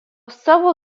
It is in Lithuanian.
savo